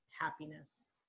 happiness